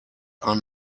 are